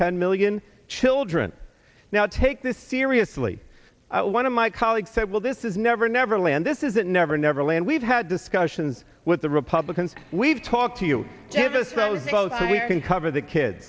ten million children now take this seriously one of my colleagues said well this is never never land this is it never never land we've had discussions with the republicans we've talked to you have a set with both of you can cover the kid